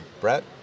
Brett